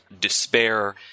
despair